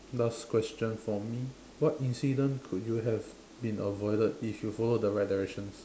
last question for me what incident could you have been avoided if you followed the right directions